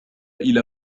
إلى